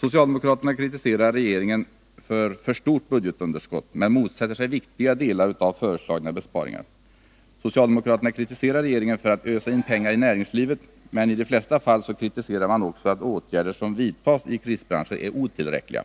Socialdemokraterna kritiserar regeringen för ett för stort budgetunderskott men motsätter sig viktiga delar av föreslagna besparingar. Socialdemokraterna kritiserar regeringen för att ösa in pengar i näringslivet, men i de flesta fall kritiserar man också att åtgärder som vidtas i krisbranscher är otillräckliga.